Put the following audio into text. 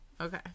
okay